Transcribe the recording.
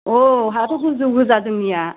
अ हायाथ' गोजौ गोजा जोंनिया